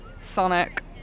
Sonic